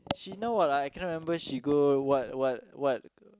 she now what ah I cannot remember she go what what what